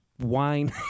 wine